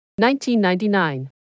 1999